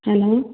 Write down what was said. hello